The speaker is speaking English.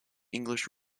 english